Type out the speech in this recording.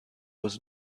was